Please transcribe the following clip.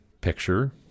picture